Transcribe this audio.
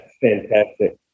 Fantastic